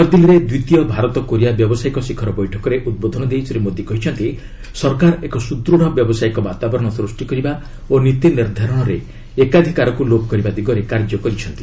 ନୂଆଦିଲ୍ଲୀରେ ଦ୍ୱିତୀୟ ଭାରତ କୋରିଆ ବ୍ୟବସାୟିକ ଶିଖର ବୈଠକରେ ଉଦ୍ବୋଧନ ଦେଇ ଶ୍ରୀ ମୋଦି କହିଛନ୍ତି ସରକାର ଏକ ସୁଦୂଢ଼ ବ୍ୟବସାୟିକ ବାତାବରଣ ସୃଷ୍ଟି କରିବା ଓ ନୀତି ନିର୍ଦ୍ଧାରଣରେ ଏକାଧିକାରକୁ ଲୋପ କରିବା ଦିଗରେ କାର୍ଯ୍ୟ କରିଛନ୍ତି